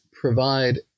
provide